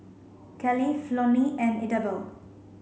Keli Flonnie and Idabelle